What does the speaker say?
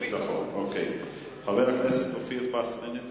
חבר הכנסת אופיר פינס-פז?